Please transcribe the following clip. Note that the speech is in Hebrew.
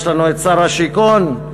יש לנו שר השיכון.